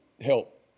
help